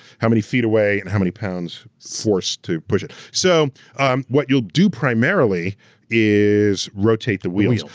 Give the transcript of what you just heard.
how many feet away and how many pounds force to push it. so what you'll do primarily is rotate the wheels.